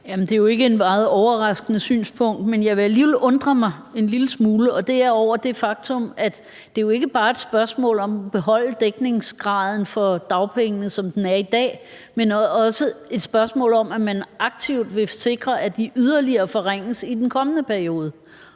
Det er ikke et meget overraskende synspunkt, men jeg undrer mig alligevel en lille smule over det faktum, at det jo ikke bare er et spørgsmål om at beholde dækningsgraden for dagpengene, som den er i dag, men også et spørgsmål om, at man aktivt vil sikre, at de yderligere forringes i den kommende periode.